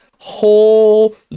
whole